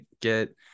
get